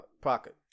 pocket